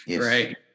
right